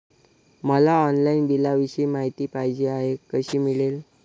मला ऑनलाईन बिलाविषयी माहिती पाहिजे आहे, कशी मिळेल?